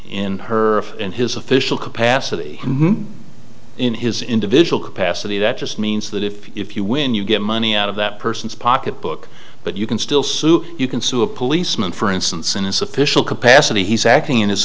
in her in his official capacity in his individual capacity that just means that if you win you get money out of that person's pocket book but you can still sue you can sue a policeman for instance in his official capacity he's acting in his